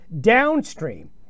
downstream